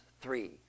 three